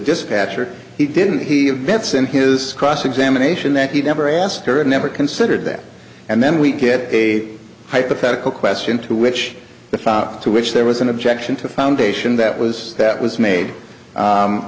dispatcher he didn't he admits in his cross examination that he never asked her and never considered that and then we get a hypothetical question to which the follow up to which there was an objection to foundation that was that was made